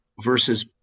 versus